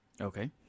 okay